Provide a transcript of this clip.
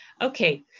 Okay